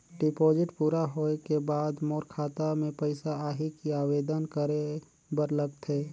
Deposit पूरा होय के बाद मोर खाता मे पइसा आही कि आवेदन करे बर लगथे?